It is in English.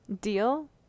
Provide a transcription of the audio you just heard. Deal